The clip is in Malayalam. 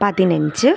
പതിനഞ്ച്